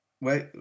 Wait